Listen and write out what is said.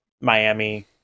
miami